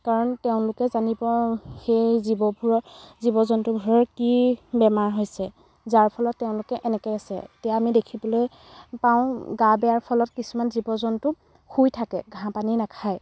কাৰণ তেওঁলোকে জানিব সেই জীৱবোৰৰ জীৱ জন্তুবোৰৰ কি বেমাৰ হৈছে যাৰ ফলত তেওঁলোকে এনেকে আছে এতিয়া আমি দেখিবলৈ পাওঁ গা বেয়াৰ ফলত কিছুমান জীৱ জন্তু শুই থাকে ঘাঁহ পানী নাখায়